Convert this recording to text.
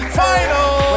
final